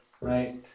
right